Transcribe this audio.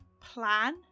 plan